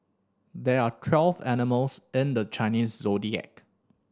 there are twelve animals in the Chinese Zodiac